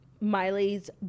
miley's